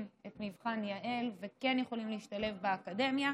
את מבחן יע"ל וכן יכולים להשתלב באקדמיה.